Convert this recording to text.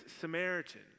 Samaritan